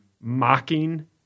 mocking